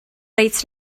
reit